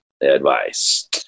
advice